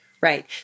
Right